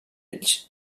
ells